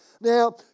Now